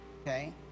Okay